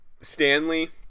Stanley